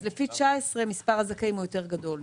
לפי 2019 מספר הזכאים גדול יותר,